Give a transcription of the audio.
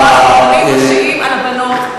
אתה יודע מה ההשלכות של אמירה של הרבנים הראשיים על הבנות,